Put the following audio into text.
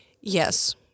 Yes